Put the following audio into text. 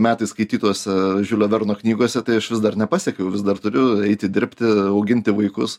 metais skaitytose žiulio verno knygose tai aš vis dar nepasiekiau vis dar turiu eiti dirbti auginti vaikus